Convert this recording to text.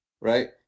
right